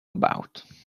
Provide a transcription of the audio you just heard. about